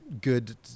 good